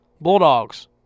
Bulldogs